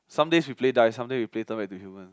some days we play die some days we play turn into human